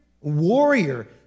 warrior